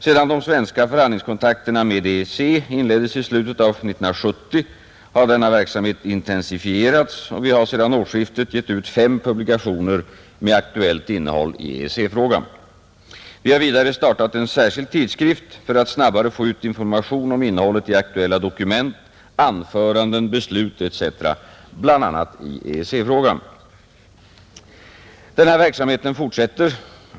Sedan de svenska förhandlingskontakterna med EEC inleddes i slutet av 1970 har denna verksamhet intensifierats och vi har sedan årsskiftet gett ut fem publikationer med aktuellt innehåll i EEC-frågan. Vi har vidare startat en särskild tidskrift för att snabbare få ut information om innehållet i aktuella dokument, anföranden, beslut etc. i bl.a. EEC-frågan. Denna verksamhet fortsätter.